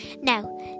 now